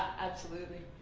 absolutely.